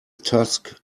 tusk